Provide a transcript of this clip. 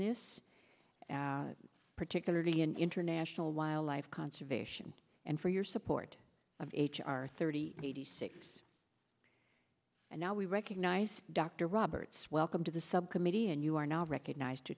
this particularly in international wildlife conservation and for your support of h r thirty eighty six and now we recognize dr roberts welcome to the subcommittee and you are now recognized to